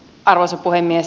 arvoisa puhemies